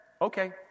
Okay